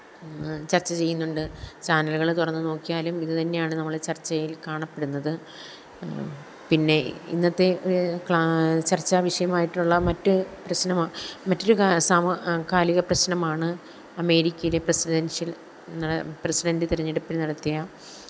ചര്ച്ച ചെയ്യുന്നുണ്ട് ചാനലുകൾ തുറന്ന് നോക്കിയാലും ഇതു തന്നെയാണ് നമ്മൾ ചര്ച്ചയില് കാണപ്പെടുന്നത് പിന്നെ ഇന്നത്തെ ചര്ച്ചാവിഷയമായിട്ടുള്ള മറ്റു പ്രശ്നമാണ് മറ്റൊരു സമാ കാലിക പ്രശ്നമാണ് അമേരിക്കയിലെ പ്രസിഡന്ഷ്യല് നട പ്രസിഡന്റ് തിരഞ്ഞെടുപ്പില് നടത്തിയ